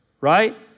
right